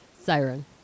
siren